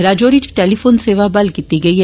राजौरी इच टेलीफोन सेवा बहाल कीती गेई ऐ